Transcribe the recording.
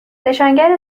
نشانگر